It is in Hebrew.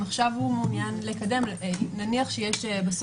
נניח שיש-